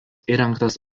įrengtas